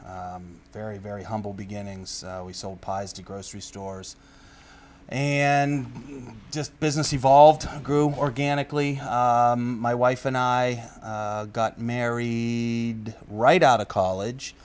very very humble beginnings we sold pies to grocery stores and just business evolved grew organically my wife and i got married right out of college